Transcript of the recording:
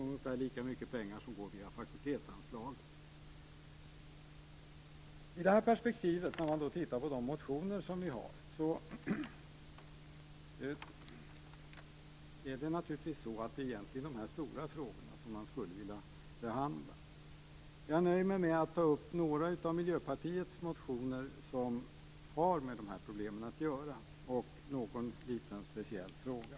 Ungefär lika mycket pengar går via fakultetsanslagen. Om man ser till motionerna är det egentligen de stora frågorna som man skulle vilja behandla. Jag nöjer mig med att ta upp några av Miljöpartiets motioner som har med dessa problem att göra och en liten speciell fråga.